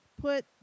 put